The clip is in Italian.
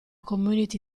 community